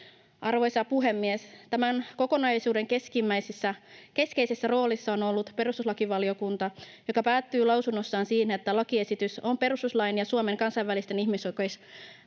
Arvoisa puhemies! Tämän kokonaisuuden keskeisessä roolissa on ollut perustuslakivaliokunta, joka päätyi lausunnossaan siihen, että lakiesitys on perustuslain ja Suomen kansainvälisten ihmisoikeusvelvoitteiden